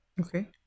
Okay